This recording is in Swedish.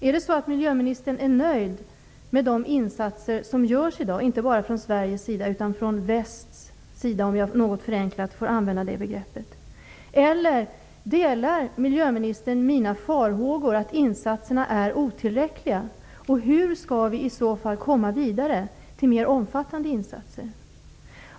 Är miljöministern nöjd med de insatser som görs i dag, inte bara från Sveriges sida utan från västs sida, om jag får använda det något förenklade begreppet? Eller delar miljöministern mina farhågor att insatserna är otillräckliga? Hur skall vi i så fall komma vidare till mer omfattande insatser?